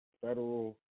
federal